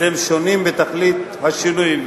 הם שונים תכלית השינוי,